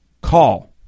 call